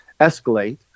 escalate